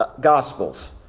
Gospels